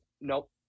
nope